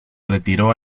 retiró